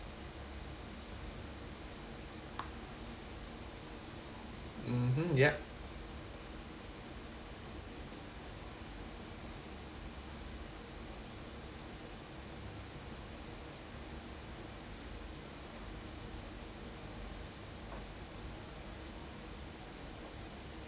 mmhmm yup